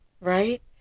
Right